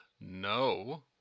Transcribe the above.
no